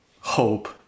hope